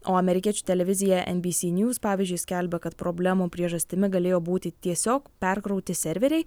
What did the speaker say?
o amerikiečių televizija enbysy niūs pavyzdžiui skelbia kad problemų priežastimi galėjo būti tiesiog perkrauti serveriai